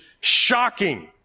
shocking